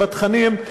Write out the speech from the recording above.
ובתכנים.